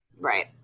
Right